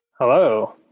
Hello